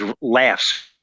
laughs